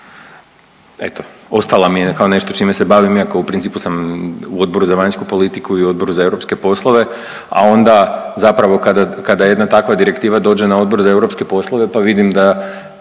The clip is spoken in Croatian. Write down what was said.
evo ostala mi je kao nešto čime se bavim iako u principu sam u Odboru za vanjsku politiku i Odboru za europske poslove, a onda zapravo kada jedna takva direktiva dođe na Odbor za europske poslove pa vidim iako